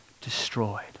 destroyed